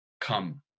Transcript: come